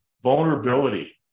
vulnerability